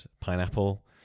pineapple